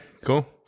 cool